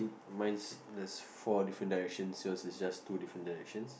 mine's there's four different directions yours is just two different directions